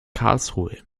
karlsruhe